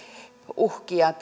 uhkia